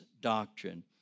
doctrine